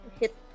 hit